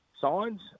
signs